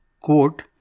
quote